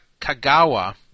Kagawa